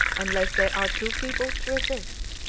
unless they are too feeble to resist.